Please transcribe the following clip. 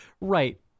right